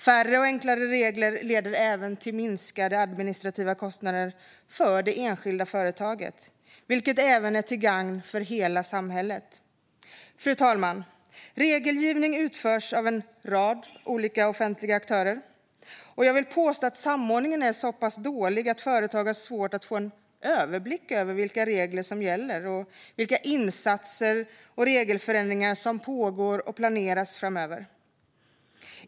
Färre och enklare regler leder även till minskade administrativa kostnader för det enskilda företaget, vilket är till gagn för hela samhället. Fru talman! Regelgivning utförs av en rad olika offentliga aktörer. Jag vill påstå att samordningen är så pass dålig att företag har svårt att få en överblick över vilka regler som gäller och vilka insatser och regelförändringar som pågår och planeras framöver.